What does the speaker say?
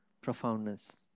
profoundness